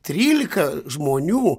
trylika žmonių